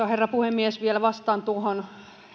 herra puhemies vielä vastaan tuohon